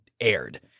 aired